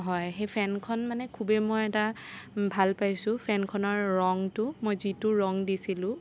হয় সেই ফেনখন মানে খুবে মই এটা ভাল পাইছোঁ ফেনখনৰ ৰংটো মই যিটো ৰং দিছিলোঁ